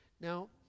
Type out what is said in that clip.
Now